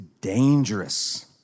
dangerous